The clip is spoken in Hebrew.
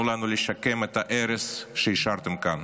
תנו לנו לשקם את ההרס שהשארתם כאן